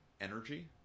energy